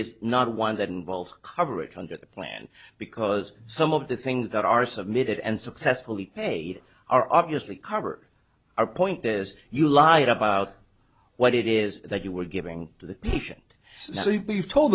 is not one that involves coverage under the plan because some of the things that are submitted and successfully paid are obviously cover our point as you lie about what it is that you were giving